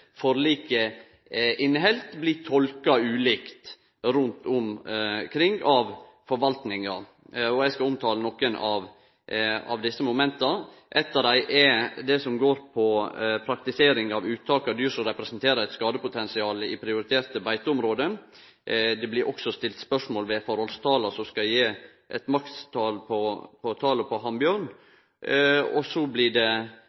forliket inneheld, blir tolka ulikt rundt omkring av forvaltninga. Eg skal omtale nokre av desse momenta. Eit av dei er det som går på praktisering av uttak av dyr som representerer eit skadepotensial i prioriterte beiteområde. Det blir òg stilt spørsmål ved forholdstala som skal gje eit maks tak på talet på hannbjørnar. Og så blir